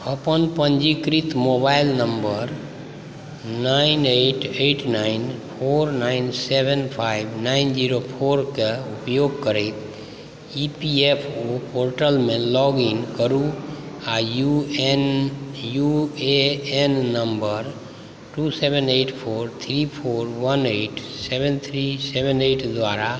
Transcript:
अपन पञ्जीकृत mobile number nine eight eight nine four nine seven five nine zero फोरकेँ उपयोग करैत इ पी एफ ओ पोर्टलमे लॉगिन करु आ U N U A N number two seven eight four three four one eight seven three seven eight द्वारा